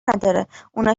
نداره، اونا